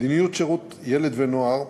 מדיניות שירות ילד ונוער,